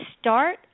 Start